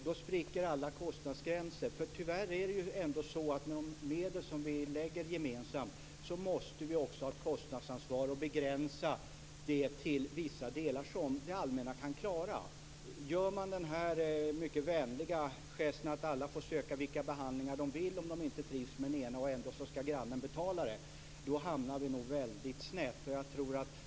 Då spricker alla kostnadsgränser, för tyvärr är det ändå så att vi måste ha ett kostnadsansvar för de medel som vi satsar gemensamt och begränsa dem till vissa delar som det allmänna kan klara. Gör vi denna mycket vänliga gest, att alla får söka vilka behandlingar de vill om de inte trivs med den de får och grannen ändå skall betala den, då hamnar vi nog väldigt snett.